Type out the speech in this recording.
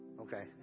Okay